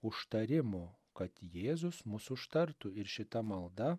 užtarimo kad jėzus mus užtartų ir šita malda